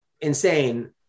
insane